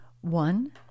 one